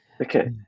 okay